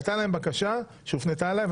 הייתה להם בקשה שהופנתה אליי,